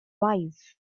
wise